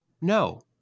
No